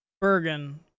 Bergen